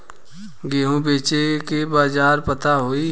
गेहूँ बेचे के बाजार पता होई?